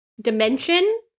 dimension